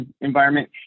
environment